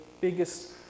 biggest